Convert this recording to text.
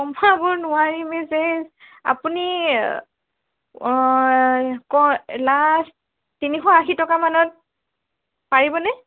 কমাব নোৱাৰিমেই যে আপুনি অঁ ক লাষ্ট তিনিশ আশী টকামানত পাৰিবনে